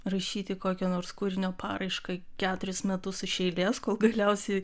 rašyti kokio nors kūrinio paraišką keturis metus iš eilės kol galiausiai